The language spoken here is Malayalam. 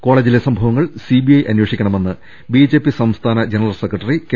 കോളജിലെ സംഭവങ്ങൾ സിബിഐ അന്വേഷിക്കണമെന്ന് ബിജെപി സംസ്ഥാന ജനറൽ സെക്രട്ടറി കെ